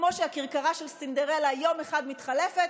וכמו שהכרכרה של סינדרלה יום אחד מתחלפת